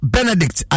Benedict